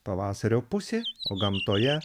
pavasario pusė o gamtoje